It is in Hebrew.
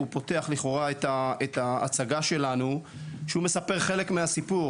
הוא פותח את ההצגה שלנו, שהוא מספר חלק מהסיפור.